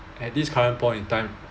at this current point in time